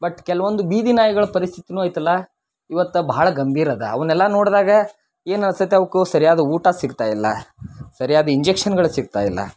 but ಕೆಲವೊಂದು ಬೀದಿ ನಾಯಿಗಳ ಪರಿಸ್ಥಿತಿಯೂ ಐತಲ್ಲ ಈವತ್ತು ಬಹಳ ಗಂಭೀರ ಅದ ಅವ್ನೆಲ್ಲ ನೋಡಿದಾಗ ಏನು ಅನ್ನಿಸ್ತೈತಿ ಅವ್ಕೆ ಸರಿಯಾದ ಊಟ ಸಿಗ್ತಾಯಿಲ್ಲ ಸರಿಯಾದ ಇಂಜಕ್ಷನ್ಗಳು ಸಿಗ್ತಾಯಿಲ್ಲ